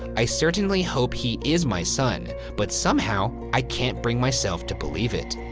i certainly hope he is my son, but somehow i can't bring myself to believe it,